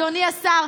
אדוני השר,